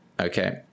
okay